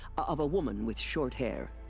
of a woman with short hair?